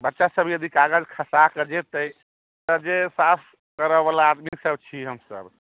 बच्चासब यदि कागज खसाकऽ जेतै तऽ जे साफ करैवला आदमीसब छी हमसब